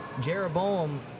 jeroboam